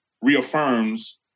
reaffirms